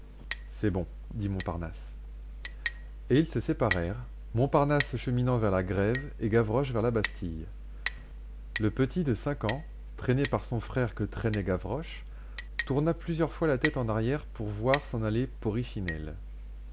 c'est bon dit montparnasse et ils se séparèrent montparnasse cheminant vers la grève et gavroche vers la bastille le petit de cinq ans traîné par son frère que traînait gavroche tourna plusieurs fois la tête en arrière pour voir s'en aller